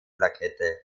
plakette